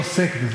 לא עוסק בזה.